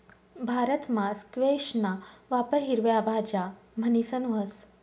भारतमा स्क्वैशना वापर हिरवा भाज्या म्हणीसन व्हस